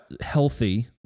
healthy